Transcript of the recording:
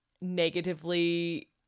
negatively